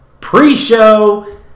pre-show